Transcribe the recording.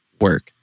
work